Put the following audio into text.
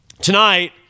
Tonight